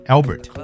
Albert